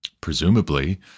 presumably